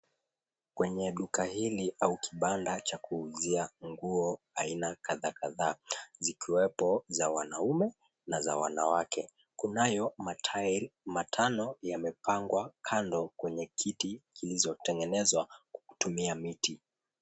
Kwenye duka hili au kibanda cha kuuzia nguo aina kadhaa kadhaa zikiwepo za wanaume na wanawake. Kunayo ma tai matano yamepangwa kwa kiti zilizotengenezwa kutumia miti.